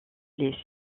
les